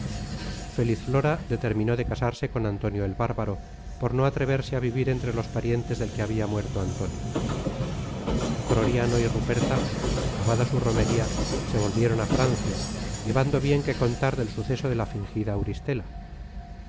feliz flora determinó de casarse con antonio el bárbaro por no atreverse a vivir entre los parientes del que habia muerto antonio croriano y ruperta acabada su romería se volvieron á francia llevando bien qué contar del suceso de la fingida auristela